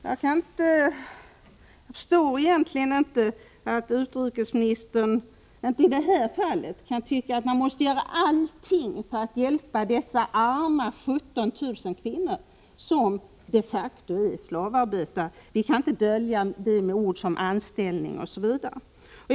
Jag har svårt att förstå att utrikesministern inte i det här fallet anser att vi måste göra allt för att hjälpa dessa arma 17 000 kvinnor som de facto är slavarbetare — vi kan inte dölja det med ord som ”anställningsförhållanden” e.d.